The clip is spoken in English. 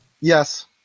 Yes